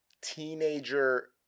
teenager